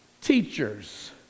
teachers